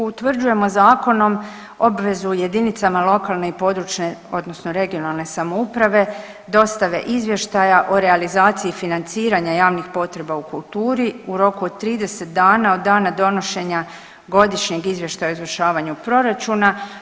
Utvrđujemo zakonom obvezu jedinicama lokalne i područne (regionalne) samouprave dostave izvještaja o realizaciji financiranja javnih potreba u kulturi u roku od 30 dana od dana donošenja godišnjeg izvještaja o izvršavanju proračuna.